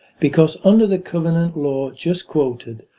because under the covenant law just quoted,